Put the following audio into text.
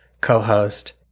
co-host